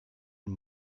und